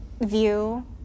view